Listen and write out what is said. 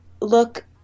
Look